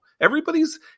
Everybody's